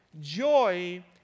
joy